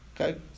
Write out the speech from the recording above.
Okay